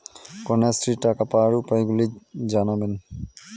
কন্যাশ্রীর টাকা পাওয়ার উপায়গুলি জানাবেন?